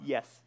Yes